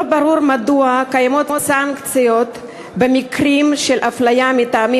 לא ברור מדוע קיימות סנקציות במקרים של אפליה מטעמים